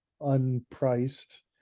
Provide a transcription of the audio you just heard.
unpriced